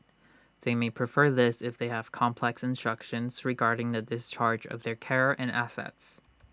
they may prefer this if they have complex instructions regarding the discharge of their care and assets